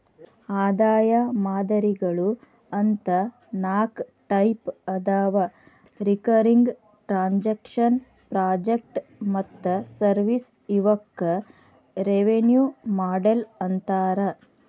ಆದಾಯ ಮಾದರಿಗಳು ಅಂತ ನಾಕ್ ಟೈಪ್ ಅದಾವ ರಿಕರಿಂಗ್ ಟ್ರಾಂಜೆಕ್ಷನ್ ಪ್ರಾಜೆಕ್ಟ್ ಮತ್ತ ಸರ್ವಿಸ್ ಇವಕ್ಕ ರೆವೆನ್ಯೂ ಮಾಡೆಲ್ ಅಂತಾರ